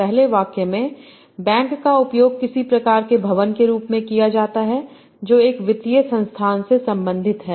पहले वाक्य में बैंक का उपयोग किसी प्रकार के भवन के रूप में किया जाता है जो एक वित्तीय संस्थान से संबंधित है